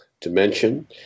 dimension